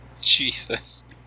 Jesus